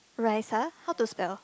Raisa how to spell